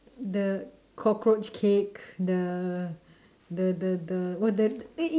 the cockroach cake the the the the what's the